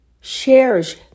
shares